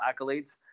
accolades